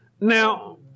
Now